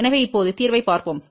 எனவே இப்போது தீர்வைப் பார்ப்போம்